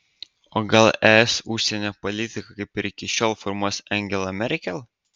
o gal es užsienio politiką kaip ir iki šiol formuos angela merkel